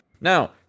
Now